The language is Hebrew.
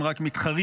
הם רק מתחרים,